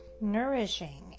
nourishing